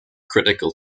critical